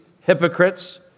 hypocrites